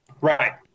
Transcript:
right